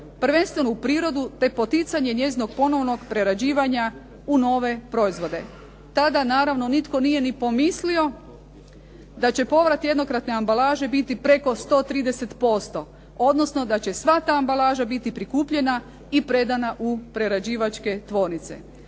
prvenstveno u prirodu te poticanje njezinog ponovnog prerađivanja u nove proizvode. Tada naravno nitko nije ni pomislio da će povrat jednokratne ambalaže biti preko 130% odnosno da će sva ta ambalaža biti prikupljena i predana u prerađivačke tvornice.